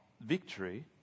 victory